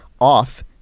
off